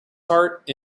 heart